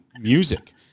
music